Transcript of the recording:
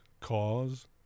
cause